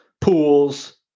pools